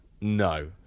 No